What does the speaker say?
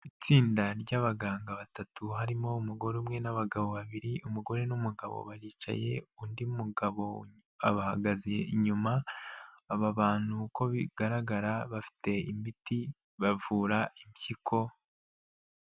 Itsinda ry'abaganga batatu, harimo umugore umwe n'abagabo babiri, umugore n'umugabo baricaye, undi mugabo abahagaze inyuma, aba bantu uko bigaragara bafite imiti, bavura impyiko.